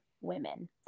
women